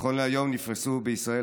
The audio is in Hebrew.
נכון להיום נפרסו בישראל,